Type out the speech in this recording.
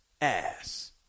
ass